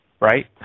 Right